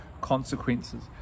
consequences